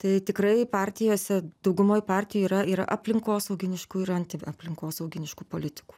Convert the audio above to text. tai tikrai partijose daugumoj partijų yra ir aplinkosauginiškų ir antiaplinkosauginiškų politikų